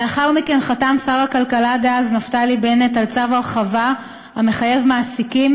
לאחר מכן חתם שר הכלכלה דאז נפתלי בנט על צו הרחבה המחייב מעסיקים